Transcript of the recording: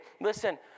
Listen